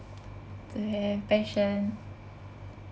to have Passion